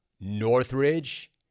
Northridge